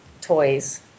toys